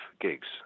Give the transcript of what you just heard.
gigs